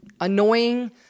Annoying